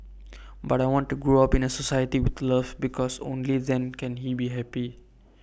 but I want to grow up in A society with love because only then can he be happy